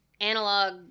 analog